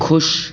खुश